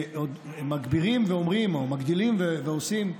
ועוד מגבירים ואומרים או מגדילים ועושים,